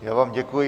Já vám děkuji.